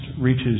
reaches